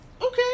Okay